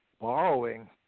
borrowing